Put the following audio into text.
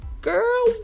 Girl